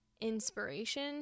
inspiration